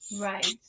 Right